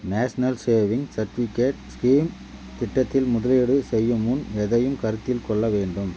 national saving certificate scheme திட்டத்தில் முதலீடு செய்யும் முன் எதையும் கருத்தில் கொள்ள வேண்டும்